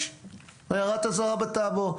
יש הערת אזהרה בטאבו.